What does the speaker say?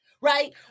right